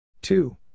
Two